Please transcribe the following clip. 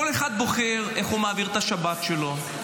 כל אחד בוחר איך הוא מעביר את השבת שלו,